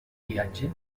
viatge